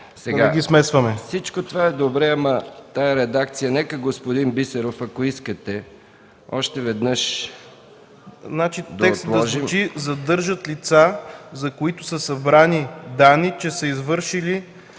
Да не ги смесваме.